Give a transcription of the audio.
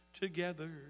together